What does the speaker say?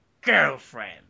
girlfriend